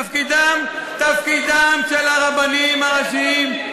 תפקידם של הרבנים הראשיים,